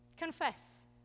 confess